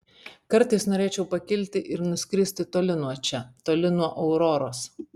kartais norėčiau pakilti ir nuskristi toli nuo čia toli nuo auroros